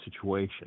situation